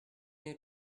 new